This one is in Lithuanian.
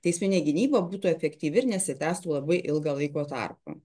teisminė gynyba būtų efektyvi ir nesitęstų labai ilgą laiko tarpą